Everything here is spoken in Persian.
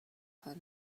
خانم